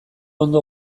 ondo